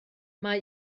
mae